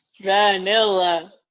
Vanilla